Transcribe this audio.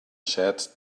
sad